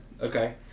Okay